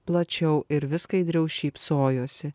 plačiau ir vis skaidriau šypsojosi